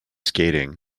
skating